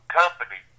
company